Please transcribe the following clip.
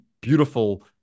beautiful